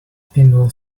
pinball